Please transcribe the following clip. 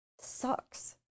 sucks